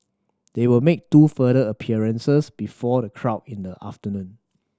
they will make two further appearances before the crowd in the afternoon